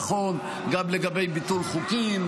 נכון גם לגבי ביטול חוקים,